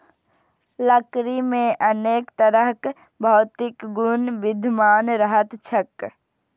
लकड़ी मे अनेक तरहक भौतिक गुण विद्यमान रहैत छैक